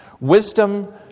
Wisdom